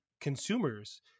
consumers